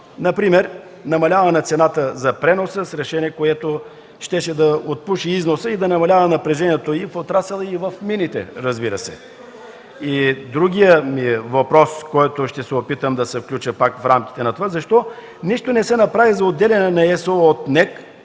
Например намаляване цената за пренос с решение, което щеше да отпуши износа и да намалява напрежението в отрасъла и в мините, разбира се. И другият ми въпрос, с който ще се опитам да се включа, пак в рамките на това, е защо нищо не се направи за отделяне на ЕСО от НЕК,